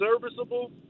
serviceable